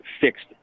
fixed